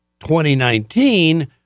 2019